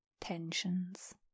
tensions